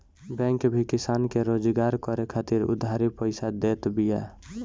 bank भी किसान के रोजगार करे खातिर उधारी पईसा देत बिया